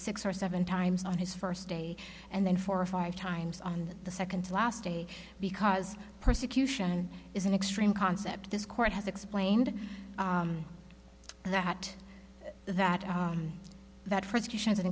six or seven times on his first day and then four or five times on the second to last day because persecution is an extreme concept this court has explained that that that ha